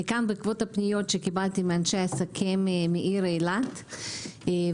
אני כאן בעקבות הפניות שקיבלתי מאנשי עסקים מאילת שפנו,